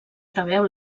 preveu